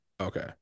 Okay